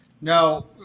Now